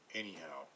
anyhow